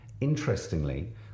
interestingly